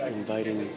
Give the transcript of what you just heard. inviting